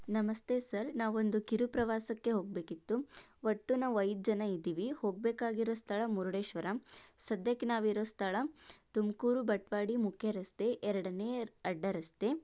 ನಮಸ್ತೆ ಸರ್ ನಾವೊಂದು ಕಿರು ಪ್ರವಾಸಕ್ಕೆ ಹೋಗ್ಬೇಕಿತ್ತು ಒಟ್ಟು ನಾವು ಐದು ಜನ ಇದ್ದೀವಿ ಹೋಗ್ಬೇಕಾಗಿರೋ ಸ್ಥಳ ಮುರುಡೇಶ್ವರ ಸದ್ಯಕ್ಕೆ ನಾವಿರೋ ಸ್ಥಳ ತುಮಕೂರು ಬಟ್ವಾಡಿ ಮುಖ್ಯರಸ್ತೆ ಎರಡನೇ ಅಡ್ಡರಸ್ತೆ